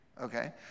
Okay